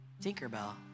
Tinkerbell